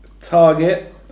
target